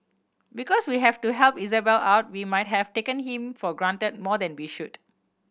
because we had to help Isabelle out we might have taken him for granted more than we should